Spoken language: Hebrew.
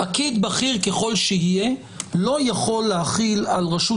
פקיד בכיר ככל שיהיה לא יכול להחיל על רשות